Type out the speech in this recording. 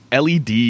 LED